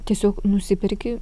tiesiog nusiperki